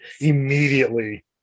immediately